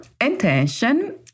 intention